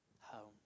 home